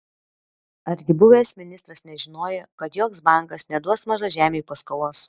argi buvęs ministras nežinojo kad joks bankas neduos mažažemiui paskolos